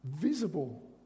visible